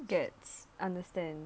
gets understand